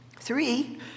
Three